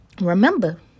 remember